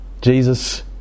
Jesus